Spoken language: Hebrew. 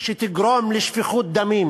שתגרום לשפיכות דמים,